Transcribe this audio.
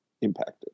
impacted